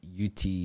UT